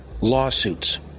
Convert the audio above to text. Lawsuits